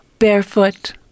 Barefoot